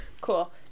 cool